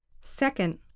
Second